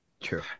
true